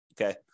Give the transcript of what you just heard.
Okay